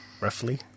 Roughly